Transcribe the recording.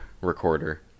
recorder